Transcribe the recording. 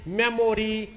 memory